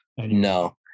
No